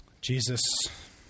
Jesus